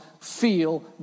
feel